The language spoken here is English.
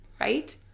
Right